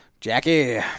Jackie